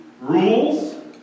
rules